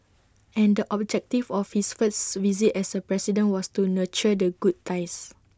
and the objective of his first visit as A president was to nurture the good ties